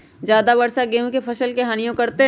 ज्यादा वर्षा गेंहू के फसल के हानियों करतै?